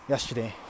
Yesterday